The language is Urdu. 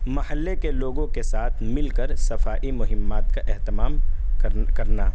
محلے کے لوگوں کے ساتھ مل کر صفائی مہمات کا اہمتام کر کرنا